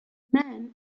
man